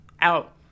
out